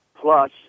plus